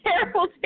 terrible